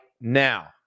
now